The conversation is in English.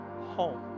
home